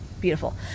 Beautiful